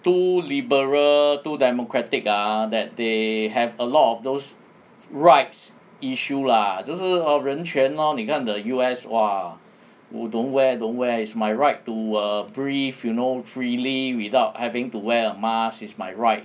too liberal too democratic ah that they have a lot of those rights issue lah 就是人权 lor 你看 the U_S !wah! you don't wear don't wear is my right to err breathe err you know freely without having to wear a mask is my right